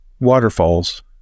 waterfalls